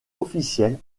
officiel